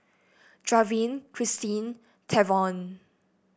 Draven Christeen Tavon